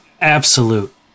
absolute